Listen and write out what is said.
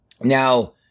Now